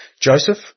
Joseph